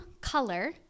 color